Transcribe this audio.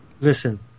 Listen